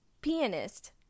pianist